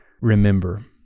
remember